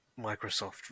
Microsoft